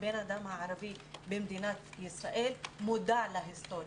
בן-האדם הערבי במדינת ישראל, מודע להיסטוריה.